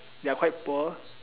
they're quite poor